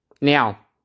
Now